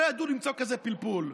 לא ידעו למצוא כזה פלפול.